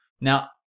Now